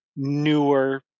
newer